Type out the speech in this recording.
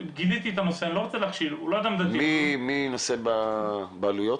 גיליתי את הנושא --- מי נושא בעלויות?